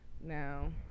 Now